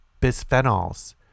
bisphenols